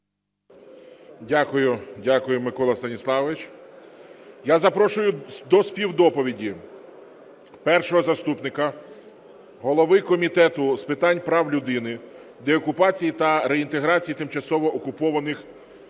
Дякую. Дякую, Микола Станіславович. Я запрошую до співдоповіді першого заступника голови Комітету з питань прав людини, деокупації та реінтеграції тимчасово окупованих